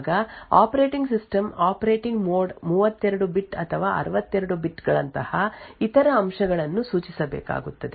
ಅಲ್ಲದೆ ಪುಟವನ್ನು ರಚಿಸುವಾಗ operating system operating mode 32 bit ಅಥವಾ 64 ಬಿಟ್ ಗಳಂತಹ ಇತರ ಅಂಶಗಳನ್ನು ಸೂಚಿಸಬೇಕಾಗುತ್ತದೆ